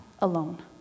alone